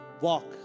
walk